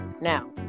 Now